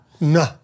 No